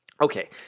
Okay